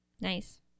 Nice